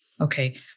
Okay